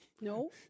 no